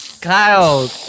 Kyle